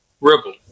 Ripple